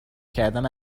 کردن